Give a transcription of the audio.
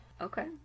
okay